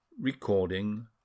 Recording